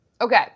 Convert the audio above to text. okay